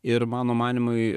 ir mano manymui